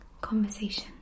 conversation